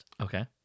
okay